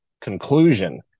conclusion